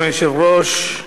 אדוני היושב-ראש,